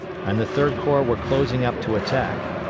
and the third corps were closing up to attack.